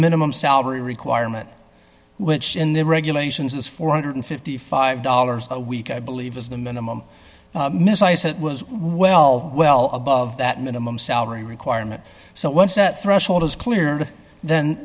minimum salary requirement which in the regulations is four one hundred and fifty five dollars a week i believe is the minimum miss i said was well well above that minimum salary requirement so once that threshold is clear then